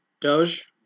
Doge